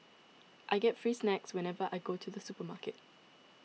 I get free snacks whenever I go to the supermarket